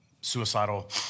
suicidal